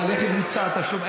אבל איך יבוצע התשלום?